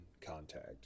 contact